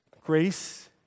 Grace